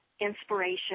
inspiration